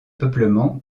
peuplement